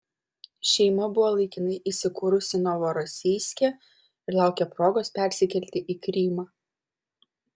šeima buvo laikinai įsikūrusi novorosijske ir laukė progos persikelti į krymą